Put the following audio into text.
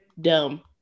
dumb